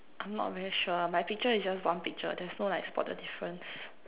I'm not very sure my picture is just one picture there's no like spot the difference